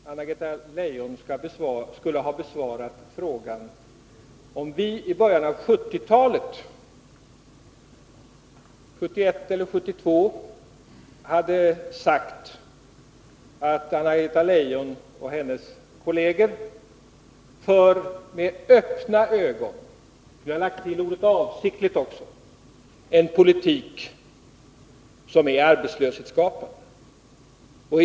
Herr talman! Jag undrar hur Anna-Greta Leijon skulle ha besvarat frågan, om vi i början av 1970-talet, 1971 eller 1972, hade sagt att Anna-Greta Leijon och hennes kolleger med öppna ögon — och nu har ordet ”avsiktligt” lagts till —- för en politik som är arbetslöshetsskapande.